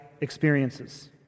experiences